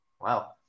Wow